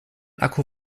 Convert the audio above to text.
akku